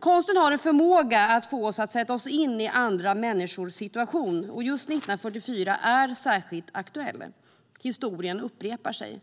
Konsten har en förmåga att få oss att sätta oss in i andra människors situation, och just 1944 är särskilt aktuell. Historien upprepar sig.